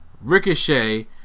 Ricochet